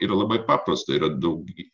yra labai paprasta yra daugiau